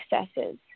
successes